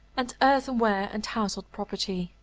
and earthenware and household property,